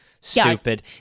stupid